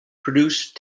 produce